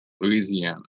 Louisiana